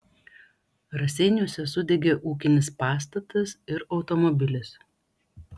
raseiniuose sudegė ūkinis pastatas ir automobilis